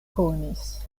konis